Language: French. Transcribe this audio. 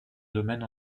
domaine